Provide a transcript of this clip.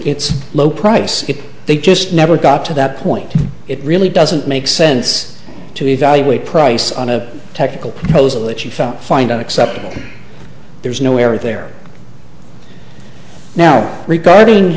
its low price they just never got to that point it really doesn't make sense to evaluate price on a technical proposal that you found find acceptable there's no error there now regarding